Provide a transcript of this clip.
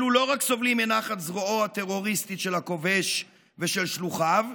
אלו לא רק סובלים מנחת זרועו הטרוריסטית של הכובש ושל שלוחיו,